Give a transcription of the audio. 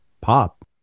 pop